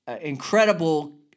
incredible